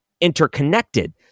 interconnected